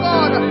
God